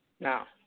Now